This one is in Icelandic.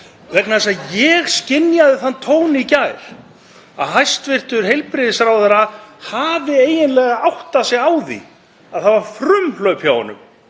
vegna þess að ég skynjaði þann tón í gær að hæstv. heilbrigðisráðherra hefði eiginlega áttað sig á því að það var frumhlaup hjá honum